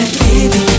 baby